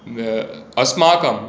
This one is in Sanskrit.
अस्माकं